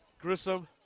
Grissom